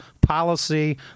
policy